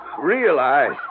realize